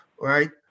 right